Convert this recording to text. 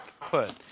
put –